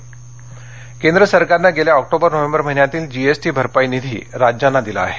राज्य वित्तसहाय केंद्र सरकारनं गेल्या ऑक्टोबर नोव्हेंबर महिन्यातील जीएसटी भरपाई निधी राज्यांना दिला आहे